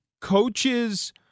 coaches